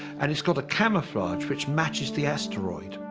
and it's got a camouflage which matches the astroid.